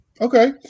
okay